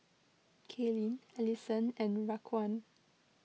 Kailyn Alyson and Raquan